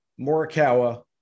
Morikawa